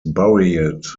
buried